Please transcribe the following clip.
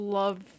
love